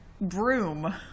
broom